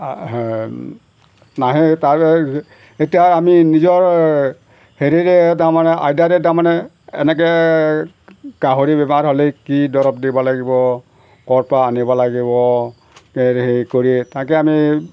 নাহে তাৰ এতিয়া আমি নিজৰ হেৰিৰে তাৰমানে আইডিয়াৰে তাৰমানে এনেকৈ গাহৰি বেমাৰ হ'লে কি দৰৱ দিব লাগিব ক'ৰপৰা আনিব লাগিব হেৰি কৰি তাকে আমি